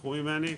לקחו ממני,